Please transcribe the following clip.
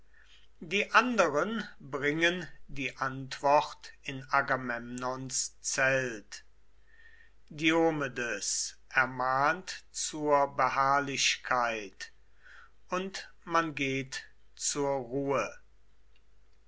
die anderen bringen die antwort in agamemnons zelt diomedes ermahnt zur beharrlichkeit und man geht zur ruhe